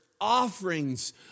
offerings